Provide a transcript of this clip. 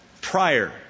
prior